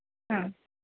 ആ